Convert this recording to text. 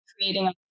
creating